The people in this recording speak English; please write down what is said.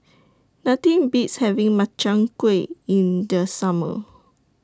Nothing Beats having Makchang Gui in The Summer